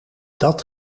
dat